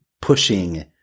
pushing